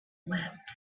wept